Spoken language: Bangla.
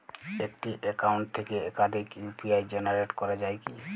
একটি অ্যাকাউন্ট থেকে একাধিক ইউ.পি.আই জেনারেট করা যায় কি?